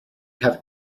have